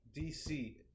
DC